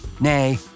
Nay